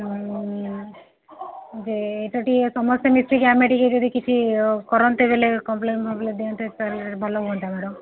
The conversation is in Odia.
ହଁ ଯେ ଏଇଟା ଟିକେ ସମସ୍ତେ ମିସିକି ଆମେ ଟିକେ ଯଦି କିଛି କରନ୍ତେ ବୋଲେ କମ୍ପ୍ଲେନ୍ ଫମ୍ପ୍ଲେନ୍ ଦିଅନ୍ତେ ତାହେଲେ ଭଲ ହୁଅନ୍ତା ମ୍ୟାଡମ୍